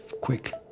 quick